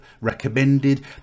Recommended